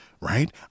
Right